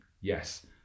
yes